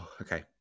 Okay